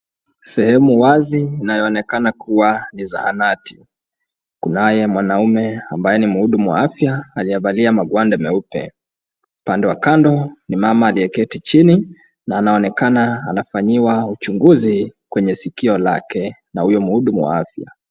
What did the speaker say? Sehemu wazi inayoonekana kuwa ni zahanati. Kunaye mwanamume ambaye ni mhudumu wa afya aliyevalia magwanda meupe. Kando kando ni mama aliyeketi chini na anaonekana anafanyiwa uchunguzi kwenye sikio lake na huyo mhudumu wa afya.